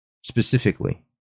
specifically